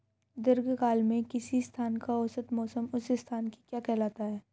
दीर्घकाल में किसी स्थान का औसत मौसम उस स्थान की क्या कहलाता है?